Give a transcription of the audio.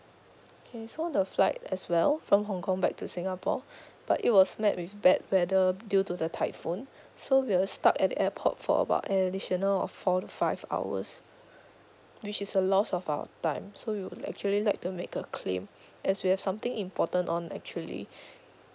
okay so the flight as well from hong kong back to singapore but it was met with bad weather due to the typhoon so we were stuck at the airport for about an additional of four to five hours which is a loss of our time so we would actually like to make a claim as we have something important on actually